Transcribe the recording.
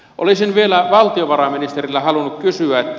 olisin vielä valtiovarainministeriltä halunnut kysyä